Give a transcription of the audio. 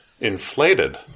inflated